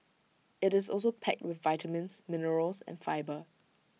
IT is also packed with vitamins minerals and fibre